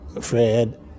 Fred